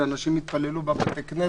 שאנשים לא יתפללו בבתי הכנסת,